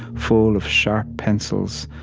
full of sharp pencils,